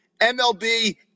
MLB